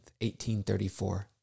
1834